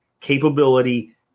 capability